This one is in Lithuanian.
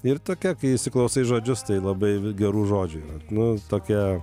ir tokia kai įsiklausai žodžius tai labai gerų žodžių nu tokia